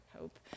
hope